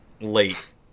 late